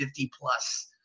50-plus